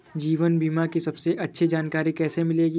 जीवन बीमा की सबसे अच्छी जानकारी कैसे मिलेगी?